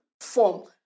form